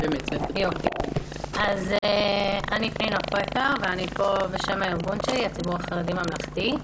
אני פה בשם הארגון שלי, הציבור החרדי ממלכתי.